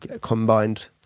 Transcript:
combined